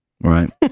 right